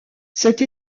cette